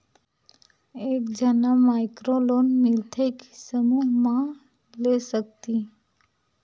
एक झन ला माइक्रो लोन मिलथे कि समूह मा ले सकती?